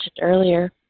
earlier